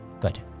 Good